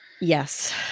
yes